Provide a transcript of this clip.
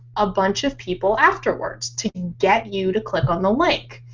a bunch of people afterwards to get you to click on the link.